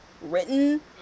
written